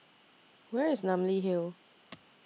Where IS Namly Hill